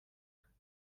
ndetse